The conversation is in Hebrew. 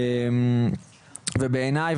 בעיניי,